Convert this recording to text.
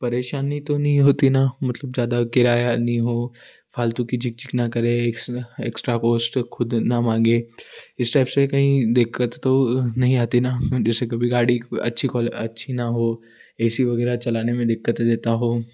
परेशानी तो नहीं होती ना मतलब ज़्यादा किराया नहीं हो फालतू की झिकझिक ना करें इसमें एक्स्ट्रा कोस्ट खुद ना मांगे इस टाइप से कहीं दिक्कत तो नहीं आती ना जैसे कभी गाड़ी अच्छी अच्छी ना हो ए सी वगैरह चलाने में दिक्कत देता हो